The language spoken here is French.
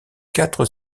quatre